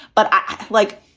but like,